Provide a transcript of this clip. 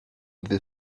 the